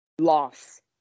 loss